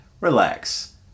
relax